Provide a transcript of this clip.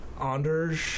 Anders